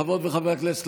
חברות וחברי הכנסת,